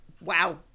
wow